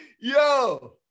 Yo